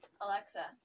Alexa